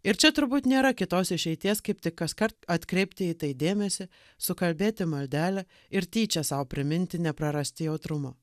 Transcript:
ir čia turbūt nėra kitos išeities kaip tik kaskart atkreipti į tai dėmesį sukalbėti maldelę ir tyčia sau priminti neprarasti jautrumo